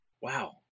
Wow